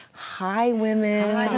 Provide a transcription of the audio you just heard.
hi women.